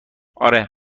آره